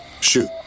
Shoot